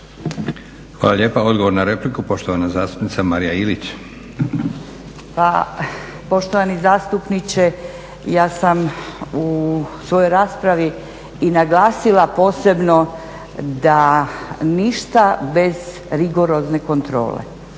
Hvala lijepa. Odgovor na repliku, poštovana zastupnica Marija Ilić. **Ilić, Marija (HSU)** Pa poštovani zastupniče, ja sam u svojoj raspravi i naglasila posebno da ništa bez rigorozne kontrole